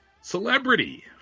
celebrity